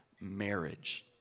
Marriage